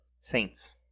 Saints